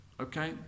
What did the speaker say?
Okay